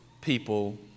people